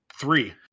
three